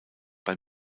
bei